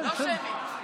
כן, שמית.